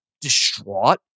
distraught